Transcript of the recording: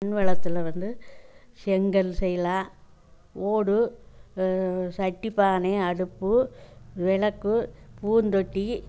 மண்வளத்தில் வந்து செங்கல் செய்யலாம் ஓடு சட்டி பானை அடுப்பு விளக்கு பூந்தொட்டி